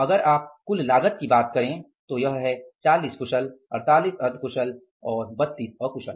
अगर आप कुल लागत की बात करें तो वह है 40 कुशल 48 अर्ध कुशल और 32 अकुशल